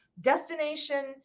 destination